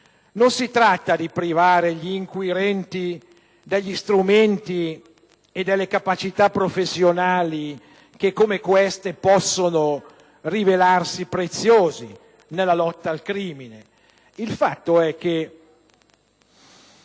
Non si tratta di privare gli inquirenti degli strumenti e delle capacità professionali che possono rivelarsi preziose nella lotta al crimine. Il fatto è che